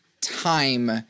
time